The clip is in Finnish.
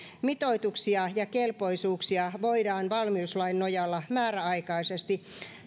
mitoituksia ja kelpoisuuksia voidaan valmiuslain nojalla määräaikaisesti